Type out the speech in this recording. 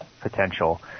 potential